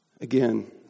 again